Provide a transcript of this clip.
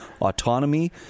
autonomy